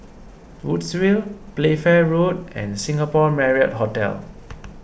Woodsville Playfair Road and Singapore Marriott Hotel